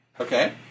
Okay